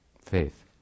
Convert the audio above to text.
Faith